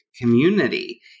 community